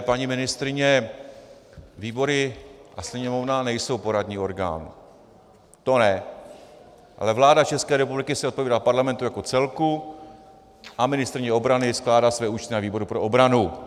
Paní ministryně, výbory a Sněmovna nejsou poradní orgán, to ne, ale vláda České republiky se odpovídá Parlamentu jako celku a ministryně obrany skládá své účty na výboru pro obranu.